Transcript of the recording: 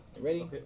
Ready